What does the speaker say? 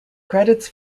credits